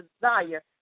desire